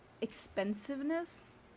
expensiveness